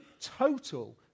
Total